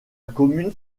commune